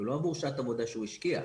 זה לא עבור שעת עבודה שהוא השקיע.